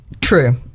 true